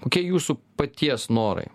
kokie jūsų paties norai